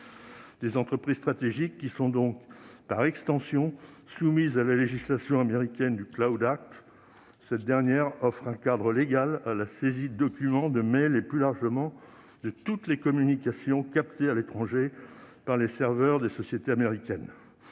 Des entreprises stratégiques qui sont donc, par extension, soumises à la législation américaine du. Cette dernière offre un cadre légal à la saisie de documents, de mails et, plus largement, de toutes les communications captées à l'étranger par les serveurs des sociétés américaines.